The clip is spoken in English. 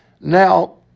Now